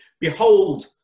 Behold